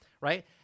right